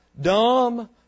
dumb